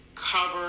cover